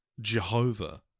Jehovah